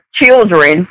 children